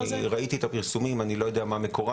אני ראיתי את הפרסומים אבל אני לא יודע מה מקורם.